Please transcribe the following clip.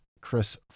Chris